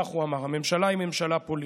כך הוא אמר, הממשלה היא ממשלה פוליטית.